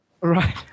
Right